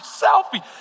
selfie